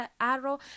arrow